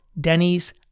Denny's